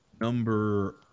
Number